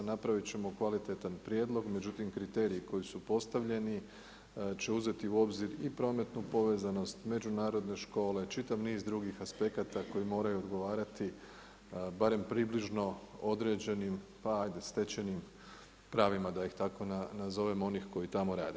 Napraviti ćemo kvalitetan prijedlog, međutim kriteriji koji su postavljeni će uzeti u obzir i prometnu povezanost, međunarodne škole, čitav niz drugih aspekata koji moraju odgovarati barem približno određenim, pa ajde stečenim pravima da ih tako nazovem onih koji tamo rade.